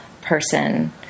person